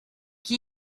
qui